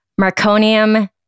Marconium